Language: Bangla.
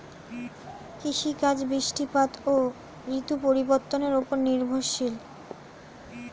কৃষিকাজ বৃষ্টিপাত ও ঋতু পরিবর্তনের উপর নির্ভরশীল